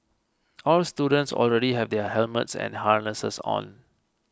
all students already have their helmets and harnesses on